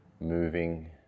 moving